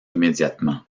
immédiatement